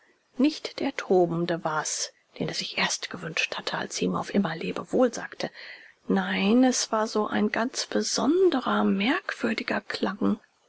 nicht der tobende war's den er sich erst gewünscht hatte als sie ihm auf immer lebewohl sagte nein es war so ein ganz besonderer merkwürdiger klang